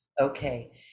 Okay